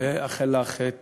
ואאחל לך את